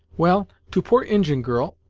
well, to poor injin girl,